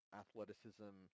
athleticism